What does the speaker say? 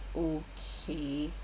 okay